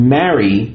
marry